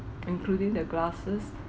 including the glasses